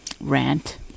rant